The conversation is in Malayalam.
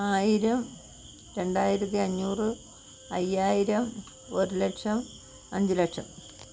ആയിരം രണ്ടായിരത്തി അഞ്ഞൂറ് അയ്യായിരം ഒരു ലക്ഷം അഞ്ച് ലക്ഷം